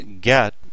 get